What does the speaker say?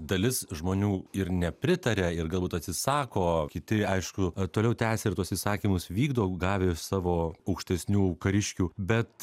dalis žmonių ir nepritaria ir galbūt atsisako kiti aišku ar toliau tęsia ir tuos įsakymus vykdo gavę iš savo aukštesnių kariškių bet